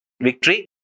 victory